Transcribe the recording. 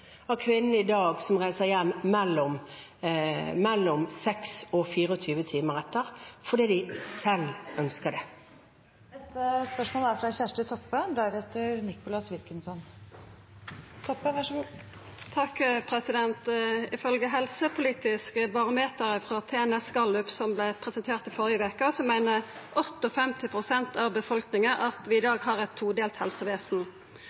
dag som reiser hjem etter mellom 6 og 24 timer, fordi de selv ønsker det. Kjersti Toppe – til oppfølgingsspørsmål. Ifølgje Helsepolitisk barometer frå TNS Gallup, som vart presentert i førre veke, meiner 58 pst. av befolkninga at vi i dag har eit todelt helsevesen.